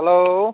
hello